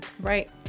Right